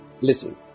Listen